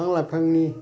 बिफां लाइफांनि